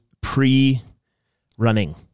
pre-running